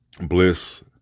bliss